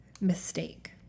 mistake